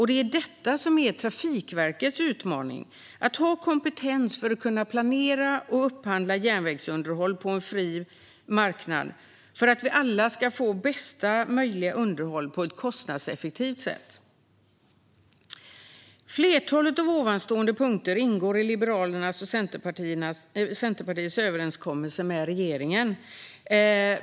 Det är detta som är Trafikverkets utmaning - att ha kompetens för att kunna planera och upphandla järnvägsunderhåll på en fri marknad för att vi alla ska få bästa möjliga underhåll på ett kostnadseffektivt sätt. Flertalet av ovanstående punkter ingår i Liberalernas och Centerpartiets överenskommelse med regeringen.